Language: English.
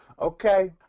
okay